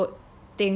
quite a difficult